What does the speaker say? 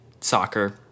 soccer